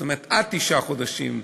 זאת אומרת, עד תשעה חודשים.